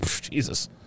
Jesus